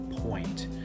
point